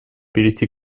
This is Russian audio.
перейти